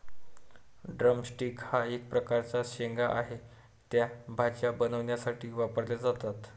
drum sticks हा एक प्रकारचा शेंगा आहे, त्या भाज्या बनवण्यासाठी वापरल्या जातात